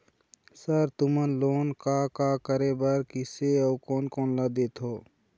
Sir तुमन loan का का करें बर, किसे अउ कोन कोन ला देथों?